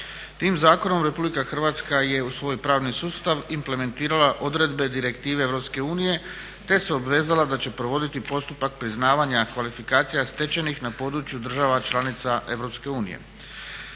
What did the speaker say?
Tim zakonom RH je u svoj pravni sustav implementirala odredbe direktive EU te se obvezala da će provoditi postupak priznavanja kvalifikacija stečenih na području država članica EU.